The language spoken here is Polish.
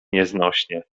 nieznośnie